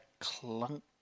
clunk